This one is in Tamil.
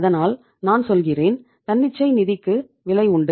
அதனால் நான் சொல்கிறேன் தன்னிச்சை நிதிக்கு விலை உண்டு